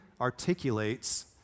articulates